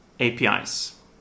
APIs